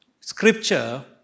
scripture